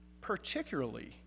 particularly